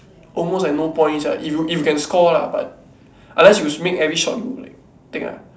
almost like no point sia if you if you can score lah but unless you make every shot you like take ah